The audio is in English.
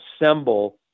assemble